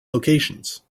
locations